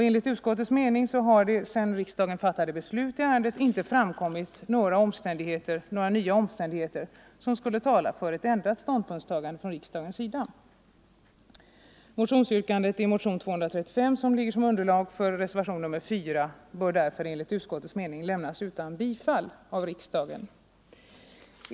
Enligt utskottets mening har det sedan 28:november 1974 riksdagen fattade beslut i ärendet inte framkommit några nya omständigheter, som skulle tala för ett ändrat ståndpunktstagande från riks — Miljövårdspolitidagens sida. Yrkandet i motion 235, som ligger som underlag för te —. ken, m.m. servationen 4, bör därför enligt utskottets mening lämnas utan bifall av riksdagen.